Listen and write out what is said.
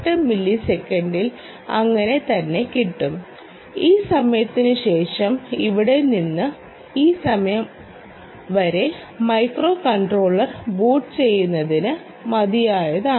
8 മില്ലിസെക്കൻഡിൽ അങ്ങനെ തന്നെ കിട്ടും ഈ സമയത്തിന് ശേഷം ഇവിടെ നിന്ന് ഈ സമയം വരെ മൈക്രോകൺട്രോളർ ബൂട്ട് ചെയ്യുന്നതിന് മതിയായതാണ്